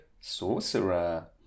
Sorcerer